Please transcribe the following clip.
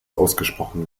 ausgesprochen